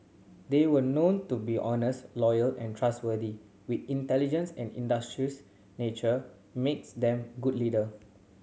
they were known to be honest loyal and trustworthy with intelligence and industrious nature makes them good leader